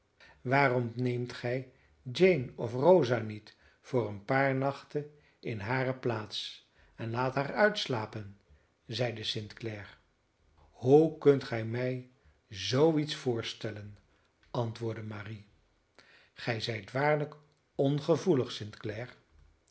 waarom neemt gij jane of rosa niet voor een paar nachten in hare plaats en laat haar uitslapen zeide st clare hoe kunt ge mij zoo iets voorstellen antwoordde marie gij zijt waarlijk